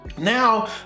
now